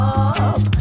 up